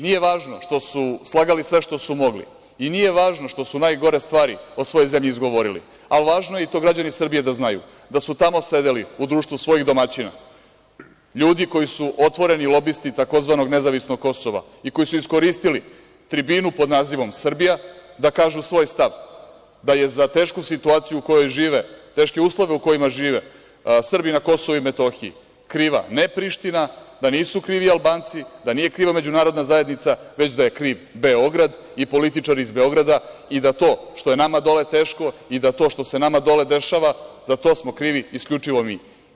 Nije važno što su slagali sve što su mogli i nije važno što su najgore stvari o svojoj zemlji izgovorili, ali važno je i to građani Srbije da znaju, da su tamo sedeli u društvu svojih domaćina, ljudi koji su otvoreni lobisti tzv. nezavisnog Kosova i koji su iskoristili tribinu pod nazivom Srbija da kažu svoj stav, da je za tešku situaciju u kojoj žive, teške uslove u kojima žive, Srbi na KiM, kriva ne Priština, da nisu krivi Albanci, da nije kriva Međunarodna zajednica, već da je kriv Beograd i političari iz Beograda i da to što je nama dole teško i da to što se nama dole dešava, za to smo krivi isključivo mi.